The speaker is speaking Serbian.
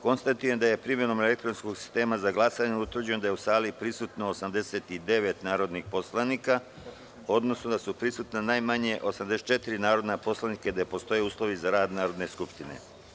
Konstatujem da je primenom elektronskog sistema za glasanje utvrđeno da je u sali prisutno 89 narodnih poslanika, odnosno da su prisutna najmanje 84 narodna poslanika i da postoje uslovi za rad Narodne skupštine.